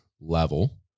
level